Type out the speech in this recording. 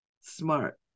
Smart